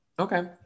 Okay